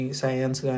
science